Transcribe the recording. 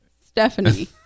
Stephanie